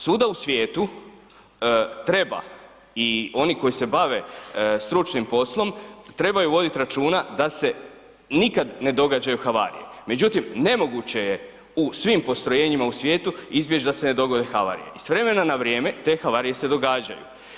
Svuda u svijetu treba i oni koji se bave stručnim poslom, trebaju voditi računa da se nikad ne događaju havarije međutim nemoguće je u svim postrojenjima u svijetu izbjeći da se ne dogode havarije i s vremena na vrijeme te havarije se događaju.